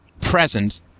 present